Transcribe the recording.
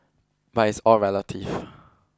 but it's all relative